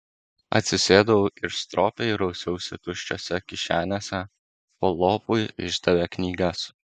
atsisėdau ir stropiai rausiausi tuščiose kišenėse kol lopui išdavė knygas